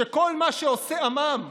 שכל מה שעושה עמם,